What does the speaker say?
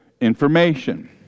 information